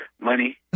Money